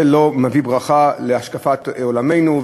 זה לא מביא ברכה, בהשקפת עולמנו.